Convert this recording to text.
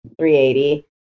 380